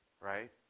Right